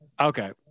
Okay